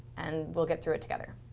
and we'll get through it together.